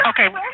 okay